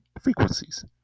frequencies